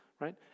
right